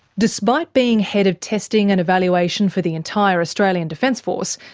despite being head of testing and evaluation for the entire australian defence force,